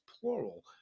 plural